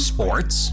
Sports